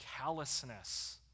callousness